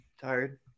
Tired